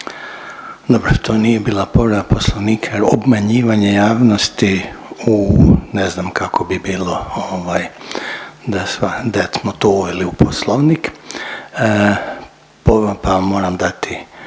Dobro, to nije bila povreda Poslovnika jer obmanjivanje javnosti u ne znam kako bi bilo, ovaj da smo to uveli u Poslovnik pa vam moram dati